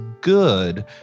good